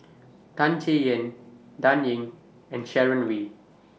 Tan Chay Yan Dan Ying and Sharon Wee